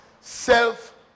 self